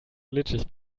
glitschig